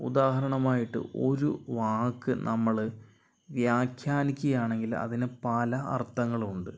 ഉദാഹരണമായിട്ട് ഒരു വാക്ക് നമ്മള് വ്യഖ്യാനിക്കുകയാണെങ്കിൽ അതിനു പല അർത്ഥങ്ങളും ഉണ്ട്